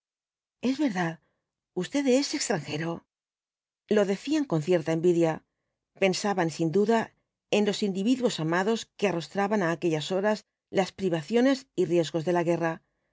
es verdad usted es extranjero lo decían con cierta envidia pensaban sin duda en los individuos amados que arrostraban á aquellas horas las privaciones y riesgos de la guerra